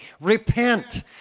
Repent